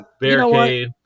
barricade